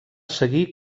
seguir